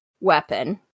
weapon